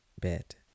bit